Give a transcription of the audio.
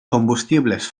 combustibles